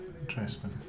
Interesting